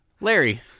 Larry